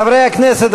חברי הכנסת,